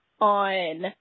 on